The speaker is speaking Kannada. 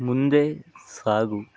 ಮುಂದೆ ಸಾಗು